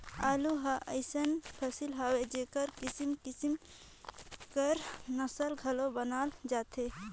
आलू हर अइसन फसिल हवे जेकर किसिम किसिम कर नास्ता घलो बनाल जाथे